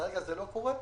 כרגע זה לא קורה.